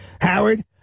Howard